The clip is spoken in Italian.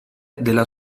della